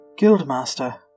Guildmaster